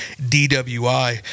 DWI